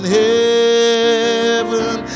heaven